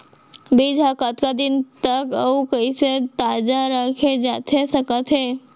बीज ह कतका दिन तक अऊ कइसे ताजा रखे जाथे सकत हे?